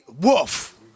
wolf